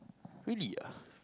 really ah